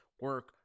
Work